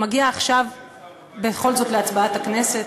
מגיע עכשיו בכל זאת להצבעת הכנסת,